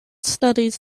studies